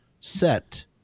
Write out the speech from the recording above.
set